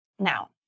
Now